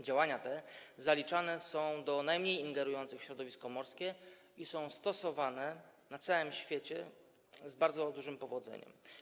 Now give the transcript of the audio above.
Działania te zaliczane są do najmniej ingerujących w środowisko morskie i są stosowane na całym świecie z bardzo dużym powodzeniem.